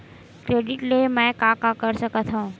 Credit ले मैं का का कर सकत हंव?